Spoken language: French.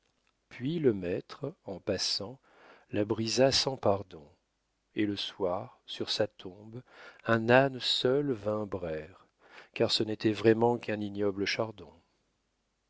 puis le maître en passant la brisa sans pardon et le soir sur sa tombe un âne seul vint braire car ce n'était vraiment qu'un ignoble chardon